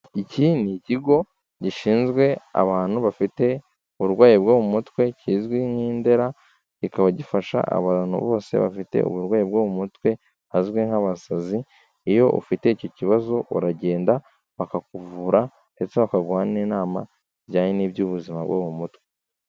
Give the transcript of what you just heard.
Iki ni ikigo gishinzwe abantu bafite uburwayi bwo mu mutwe, kizwi nk'i Ndera, kikaba gifasha abantu bose bafite uburwayi bwo mu mutwe, bazwi nk'abasazi, iyo ufite icyo kibazo, uragenda bakakuvura ndetse bakaguha n'inama bijyanye n'iby'ubuzima bwo mu mutwe.